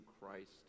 Christ